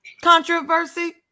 Controversy